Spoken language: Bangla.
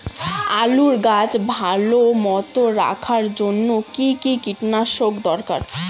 আলুর গাছ ভালো মতো রাখার জন্য কী কী কীটনাশক দরকার?